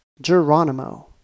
Geronimo